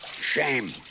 Shame